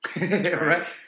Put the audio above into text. Right